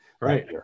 Right